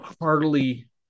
heartily